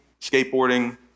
skateboarding